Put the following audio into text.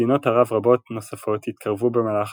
מדינות ערב רבות נוספות התקרבו במהלך